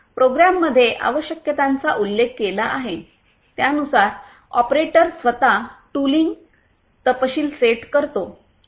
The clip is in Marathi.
प्रोग्राममध्ये आवश्यकतांचा उल्लेख केला आहे त्यानुसार ऑपरेटर स्वतः टूलिंग तपशील सेट करतो